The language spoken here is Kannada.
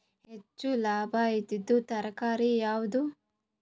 ಹೆಚ್ಚು ಲಾಭಾಯಿದುದು ತರಕಾರಿ ಯಾವಾದು?